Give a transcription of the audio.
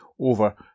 over